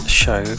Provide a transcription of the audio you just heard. show